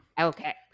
Okay